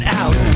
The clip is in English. out